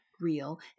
real